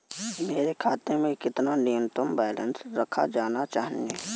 मेरे खाते में कितना न्यूनतम बैलेंस रखा जाना चाहिए?